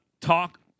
talk